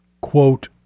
quote